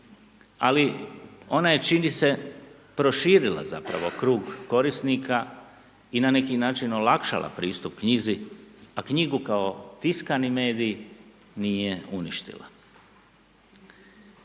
ali ona je čini se, proširila zapravo krug korisnika i na neki način olakšala pristup knjizi a knjigu kao tiskani medij nije uništila.